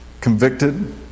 convicted